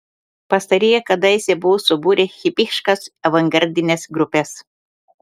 pastarieji kadaise buvo subūrę hipiškas avangardines grupes